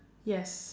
yes